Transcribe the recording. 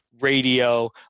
radio